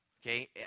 okay